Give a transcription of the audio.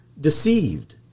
deceived